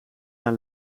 naar